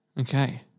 Okay